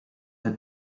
het